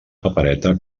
papereta